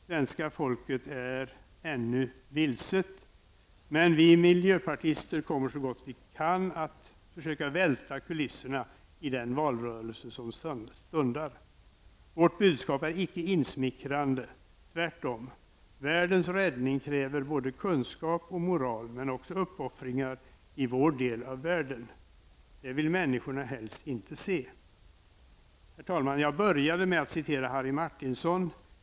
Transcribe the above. Svenska folket är ännu vilset, men vi miljöpartister kommer så gott vi kan att försöka välta kulisserna i den valrörelse som stundar. Vårt budskap är inte insmickrande -- tvärtom. Världens räddning kräver både kunskap och moral, men också uppoffringar i vår del av världen. Det vill människorna helst inte se. Herr talman! Jag började med att citera Harry Martinson.